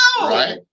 Right